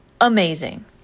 amazing